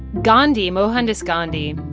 gandhi mohandas gandhi,